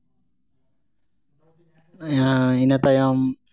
ᱤᱱᱟᱹ ᱛᱟᱭᱚᱢ